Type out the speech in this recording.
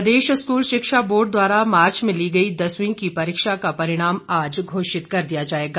परीक्षा परिणाम प्रदेश स्कूल शिक्षा बोर्ड द्वारा मार्च में ली गई दसवीं की परीक्षा का परिणाम आज घोषित कर दिया जाएगा